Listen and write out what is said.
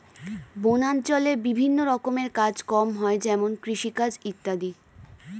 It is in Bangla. বনাঞ্চলে বিভিন্ন রকমের কাজ কম হয় যেমন কৃষিকাজ ইত্যাদি